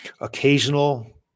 Occasional